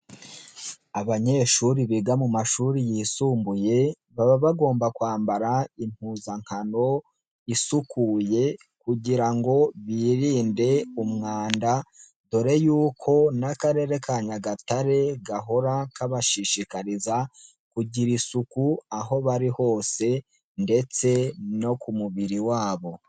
Abanyeshuri biga mu mashuri yisumbuye baba bagomba kwambara impuzankano isukuye kugira ngo birinde umwanda, dore yuko n'Akarere ka Nyagatare gahora kabashishikariza kugira isuku aho bari hose ndetse no ku mubiri wabo.